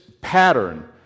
pattern